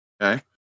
okay